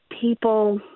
people